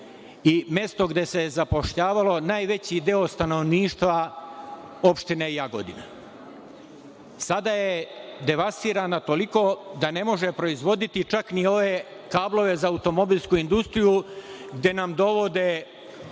i mesto gde se zapošljavalo najveći deo stanovništva Opštine Jagodina. Sada je devastirana toliko da ne može proizvoditi čak ni ove kablove za automobilsku industriju, gde nam dovode